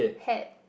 hat